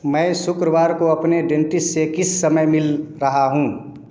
मैं शुक्रवार को अपने डेंटिस से किस समय मिल रहा हूँ